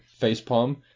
facepalm